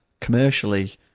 commercially